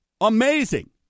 Amazing